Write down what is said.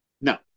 No